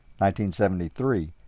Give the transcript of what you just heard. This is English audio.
1973